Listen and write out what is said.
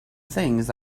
things